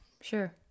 Sure